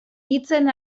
hitzen